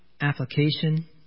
application